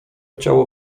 ciało